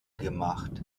gemacht